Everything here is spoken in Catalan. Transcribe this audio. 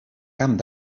camp